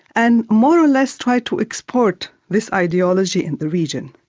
and more or less tried to export this ideology in the region.